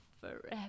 forever